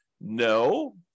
No